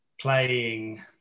playing